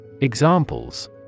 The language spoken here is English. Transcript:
Examples